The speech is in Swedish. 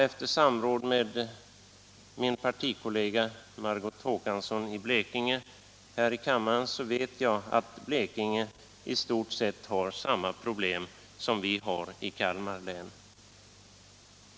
Efter samråd med min partikamrat Margot Håkansson här i kammaren vet jag att Bibehållande av Bromma flygplats Blekinge har i stort sett samma problem som Kalmar län.